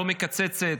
לא מקצצת,